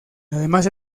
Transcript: además